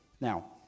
Now